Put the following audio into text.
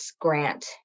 grant